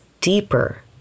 deeper